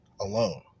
alone